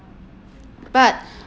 but